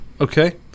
Okay